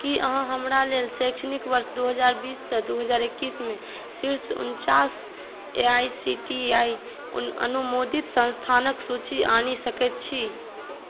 की अहाँ हमरा लेल शैक्षणिक वर्ष दू हजार बीससँ दू हजार इक्कीस मे शीर्ष उनचास A I C T E अनुमोदित संस्थानक सूचि आनि सकैत छि